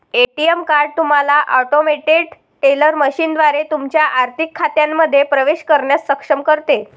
ATM card तुम्हाला automated teller मशीनद्वारे तुमच्या आर्थिक खात्यांमध्ये प्रवेश करण्यास सक्षम करते